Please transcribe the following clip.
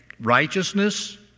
righteousness